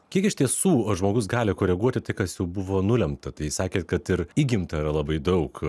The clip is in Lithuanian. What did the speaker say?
kiek iš tiesų žmogus gali koreguoti tai kas jau buvo nulemta tai sakėt kad ir įgimta yra labai daug